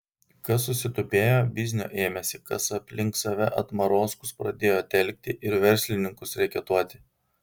kas susitupėjo biznio ėmėsi kas aplink save atmarozkus pradėjo telkti ir verslininkus reketuoti